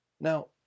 Now